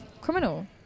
criminal